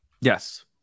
Yes